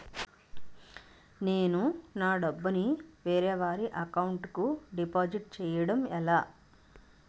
నేను నా డబ్బు ని వేరే వారి అకౌంట్ కు డిపాజిట్చే యడం ఎలా?